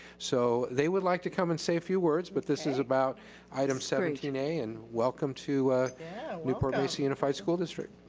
so they would like to come and say a few words. but this is about item seventeen a. and welcome to newport mesa unified school district.